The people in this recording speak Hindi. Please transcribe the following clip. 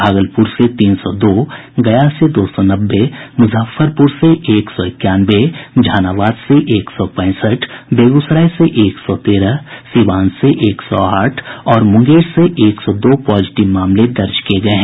भागलपुर से तीन सौ दो गया से दो सौ नब्बे मुजफ्फरपुर से एक सौ इक्यानवे जहानाबाद से एक सौ पैंसठ बेगूसराय से एक सौ तेरह सिवान से एक सौ आठ और मुंगेर से एक सौ दो पॉजिटिव मामले दर्ज किए गए हैं